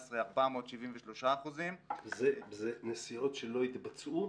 473%. זה נסיעות שלא התבצעו?